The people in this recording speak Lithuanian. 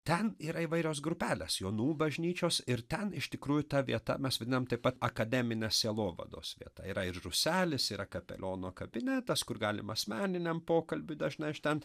ten yra įvairios grupelės jonų bažnyčios ir ten iš tikrųjų ta vieta mes vadinam taip pat akademinės sielovados vieta yra ir rūselis yra kapeliono kabinetas kur galima asmeniniam pokalbiui dažnai aš ten